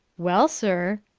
well, sir,